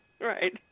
Right